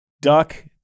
duck